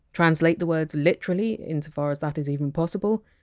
translate the words literally, insofar as that is even possible?